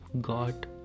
God